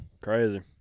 Crazy